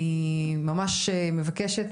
אני ממש מבקשת,